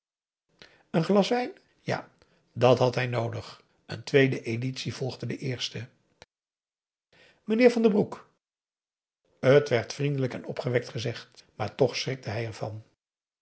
n glas wijn ja dat had hij noodig een tweede editie volgde de eerste meneer van den broek t werd vriendelijk en opgewekt gezegd maar toch schrikte hij er